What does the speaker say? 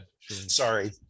sorry